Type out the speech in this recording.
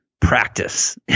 Practice